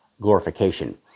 glorification